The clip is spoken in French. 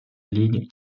ligne